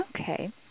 Okay